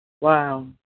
Wow